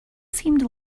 seemed